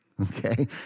Okay